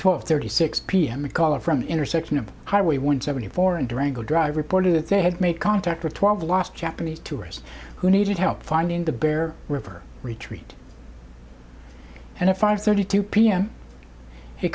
twelve thirty six pm a caller from intersection of highway one seventy four and durango drive reported that they had made contact with twelve last japanese tourists who needed help finding the bear river retreat and at five thirty two pm he